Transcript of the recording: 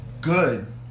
Good